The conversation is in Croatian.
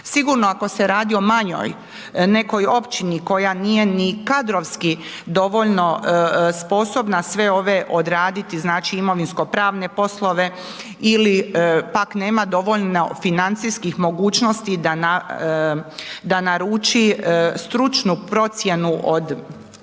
Sigurno ako se radi o manjoj nekoj općini koja nije ni kadrovski dovoljno sposobna sve ove odraditi, znači, imovinsko pravne poslove ili pak nema dovoljno financijskih mogućnosti da naruči stručnu procjenu od